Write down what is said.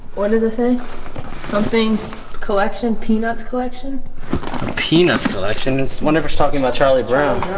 what is this a something collection peanuts collection peanuts collection is whenever is talking about charlie brown,